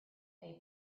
they